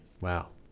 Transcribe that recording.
Wow